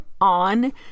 on